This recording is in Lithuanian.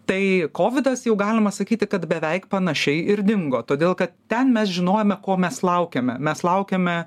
tai kovidas jau galima sakyti kad beveik panašiai ir dingo todėl kad ten mes žinojome ko mes laukiame mes laukiame